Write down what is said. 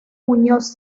muñoz